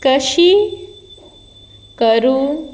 कशी करून